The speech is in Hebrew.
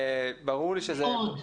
מאוד,